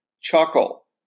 chuckle